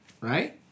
right